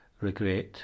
regret